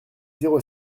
zéro